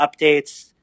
updates